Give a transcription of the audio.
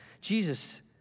Jesus